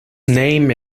name